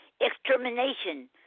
Extermination